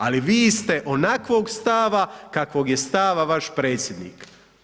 Ali vi ste onakvog stava kakvog je stava vaš predsjednik.